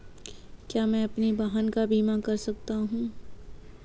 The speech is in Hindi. क्या मैं अपने वाहन का बीमा कर सकता हूँ?